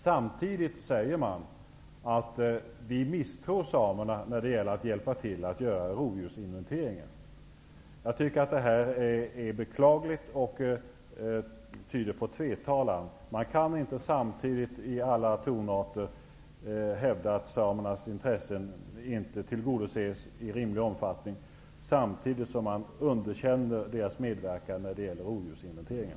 Samtidigt säger man att man misstror samerna när det gäller att hjälpa till med rovdjursinventeringen. Det är beklagligt och tyder på tvetalan. Man kan inte hävda att samernas intressen inte tillgodoses i rimlig omfattning samtidigt som man underkänner deras medverkan när det gäller rovdjursinventeringen.